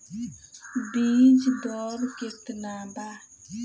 बीज दर केतना वा?